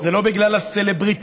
זה לא בגלל הסלבריטאים,